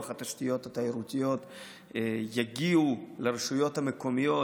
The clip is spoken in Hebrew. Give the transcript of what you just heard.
התשתיות התיירותיות יגיעו לרשויות המקומיות.